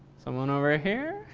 someone over ah here?